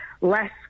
less